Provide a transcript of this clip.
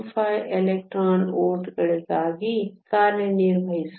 25 electron ವೋಲ್ಟ್ಗಳಾಗಿ ಕಾರ್ಯನಿರ್ವಹಿಸುತ್ತದೆ